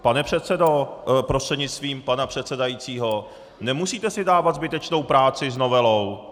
Pane předsedo prostřednictvím pana předsedajícího, nemusíte si dávat zbytečnou práci s novelou!